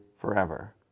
forever